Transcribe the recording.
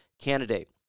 candidate